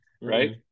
right